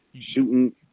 shooting